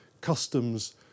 customs